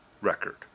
record